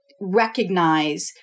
recognize